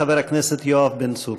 חבר הכנסת יואב בן צור.